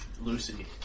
Lucy